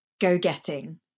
go-getting